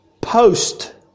post